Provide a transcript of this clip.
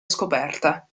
scoperta